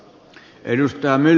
arvoisa puhemies